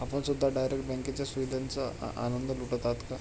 आपण सुद्धा डायरेक्ट बँकेच्या सुविधेचा आनंद लुटत आहात का?